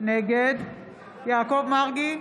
נגד יעקב מרגי,